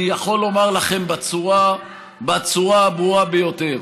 אני יכול לומר לכם בצורה הברורה ביותר: